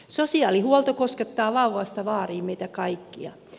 sosiaalihuolto koskettaa vauvasta vaariin meitä kaikkia